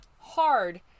hard